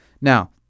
Now